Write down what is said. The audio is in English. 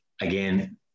again